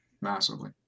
Massively